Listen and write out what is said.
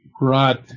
brought